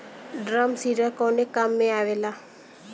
Drum seeder कवने काम में आवेला?